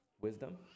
wisdom